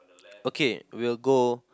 okay we'll go